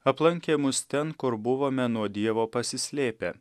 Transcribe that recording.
aplankė mus ten kur buvome nuo dievo pasislėpę